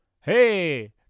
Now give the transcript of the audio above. Hey